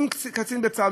אם קצין בצה"ל,